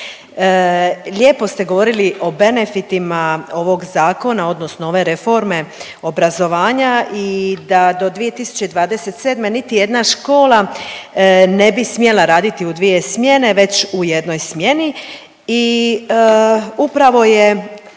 Lijepo ste govorili o benefitima ovog zakona odnosno ove reforme obrazovanja i da do 2027. niti jedna škola ne bi smjela raditi u dvije smjene već u jednoj smjeni i upravo je